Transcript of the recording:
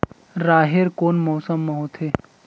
राहेर कोन मौसम मा होथे?